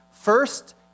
First